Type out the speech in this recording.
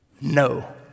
No